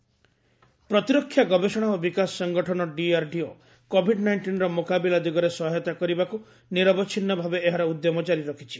DRDO solution ପ୍ରତିରକ୍ଷା ଗବେଷଣା ଓ ବିକାଶ ସଂଗଠନ ଡିଆର୍ଡିଓ କୋଭିଡ୍ ନାଇଣ୍ଟନ୍ର ମୁକାବିଲା ଦିଗରେ ସହାୟତା କରିବାକୁ ନିରବଚ୍ଛିନ୍ନ ଭାବେ ଏହାର ଉଦ୍ୟମ କାରି ରଖିଛି